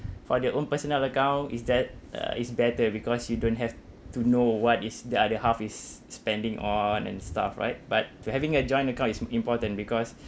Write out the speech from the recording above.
for their own personal account it's that uh it's better because you don't have to know what is the other half is spending on and stuff right but to having a joint account is important because